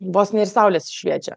dosniai ir saulės šviečia